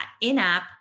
in-app